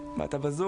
איתנו?